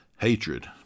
hatred